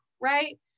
right